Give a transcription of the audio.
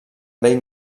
bell